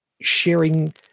sharing